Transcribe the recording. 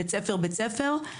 בית ספר-בית ספר.